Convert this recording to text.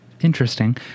interesting